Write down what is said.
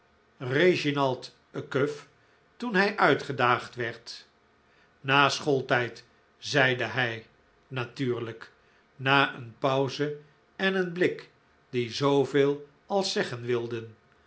reginald cuff toen hij uitgedaagd werd na schooltijd zeide hij natuurlijk na een pauze en een blik die zooveel als zeggen wilden